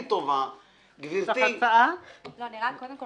אני חושבת קודם כל